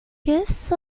gifts